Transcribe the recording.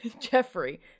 Jeffrey